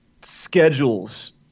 schedules